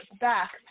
back